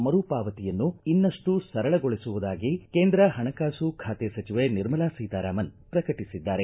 ಮರು ಪಾವತಿಯನ್ನು ಇನ್ನಷ್ಟು ಸರಳಗೊಳಿಸುವುದಾಗಿ ಕೇಂದ್ರ ಪಣಕಾಸು ಖಾತೆ ಸಚಿವೆ ನಿರ್ಮಲಾ ಸೀತಾರಾಮನ್ ಪ್ರಕಟಿಸಿದ್ದಾರೆ